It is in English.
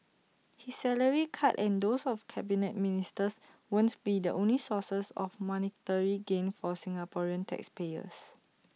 his salary cut and those of Cabinet Ministers won't be the only sources of monetary gain for Singaporean taxpayers